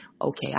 okay